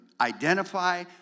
identify